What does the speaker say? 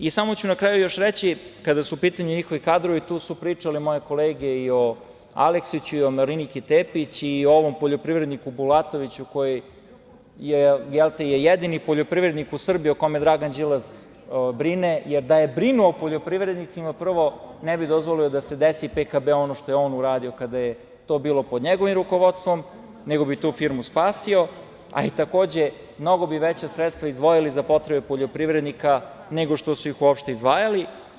I samo ću na kraju još reći, kada su u pitanju njihovi kadrovi, tu su pričale moje kolege i o Aleksiću i o Mariniki Tepić i o ovom poljoprivredniku Bulatoviću, koji je jedini poljoprivrednik u Srbiji o kome Dragan Đilas brine, jer da je brinuo o poljoprivrednicima prvo ne bi dozvolio da se desi „PKB-u“ ono što je on uradio kada je to bilo pod njegovim rukovodstvom, nego bi tu firmu spasio, a takođe mnogo bi veća sredstva izdvojili za potrebe poljoprivrednika nego što su ih uopšte izdvajali.